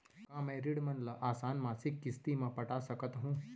का मैं ऋण मन ल आसान मासिक किस्ती म पटा सकत हो?